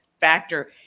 factor